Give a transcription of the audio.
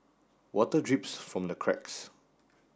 water drips from the cracks